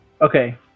Okay